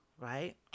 right